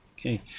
Okay